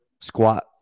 squat